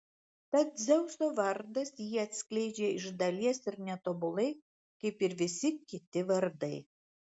tad dzeuso vardas jį atskleidžia iš dalies ir netobulai kaip ir visi kiti vardai